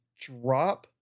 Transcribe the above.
drop